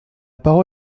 parole